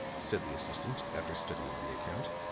said the assistant after studying the account.